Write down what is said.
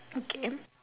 okay